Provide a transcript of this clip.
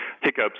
hiccups